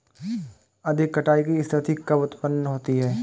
अधिक कटाई की स्थिति कब उतपन्न होती है?